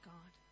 God